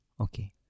Okay